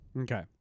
Okay